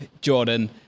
Jordan